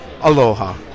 aloha